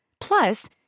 Plus